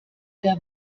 der